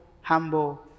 humble